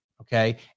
Okay